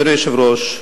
אדוני היושב-ראש,